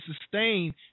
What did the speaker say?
sustain